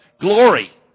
glory